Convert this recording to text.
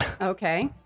Okay